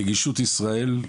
נגישות ישראל,